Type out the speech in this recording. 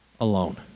alone